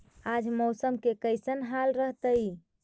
आज मौसम के कैसन हाल रहतइ?